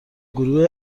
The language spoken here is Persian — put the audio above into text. گروه